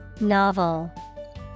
Novel